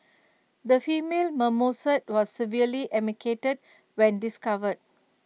the female marmoset was severely emaciated when discovered